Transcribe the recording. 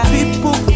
People